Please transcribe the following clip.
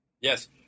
Yes